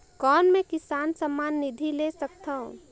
कौन मै किसान सम्मान निधि ले सकथौं?